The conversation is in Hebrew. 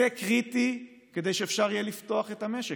זה קריטי כדי שאפשר יהיה לפתוח את המשק.